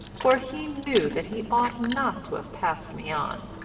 for he knew that he ought not to have passed me on.